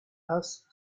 hast